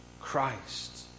Christ